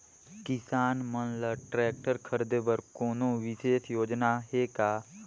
किसान मन ल ट्रैक्टर खरीदे बर कोनो विशेष योजना हे का?